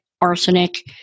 arsenic